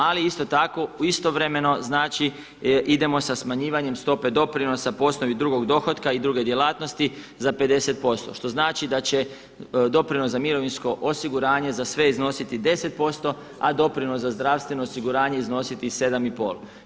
Ali isto tako, istovremeno znači idemo sa smanjivanjem stope doprinosa po osnovi drugog dohotka i druge djelatnosti za 50% što znači da će doprinos za mirovinsko osiguranje za sve iznositi 10%, a doprinos za zdravstveno osiguranje iznositi 7 i pol.